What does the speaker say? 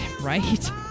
right